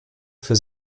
für